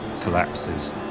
collapses